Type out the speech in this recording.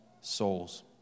souls